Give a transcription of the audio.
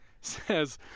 says